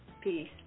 Peace